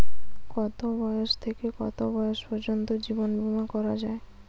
কতো বয়স থেকে কত বয়স পর্যন্ত জীবন বিমা করা যায়?